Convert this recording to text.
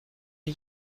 wie